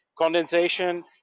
Condensation